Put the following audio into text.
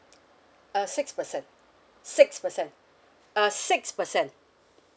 uh six percent six percent uh six percent